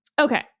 Okay